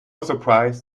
surprise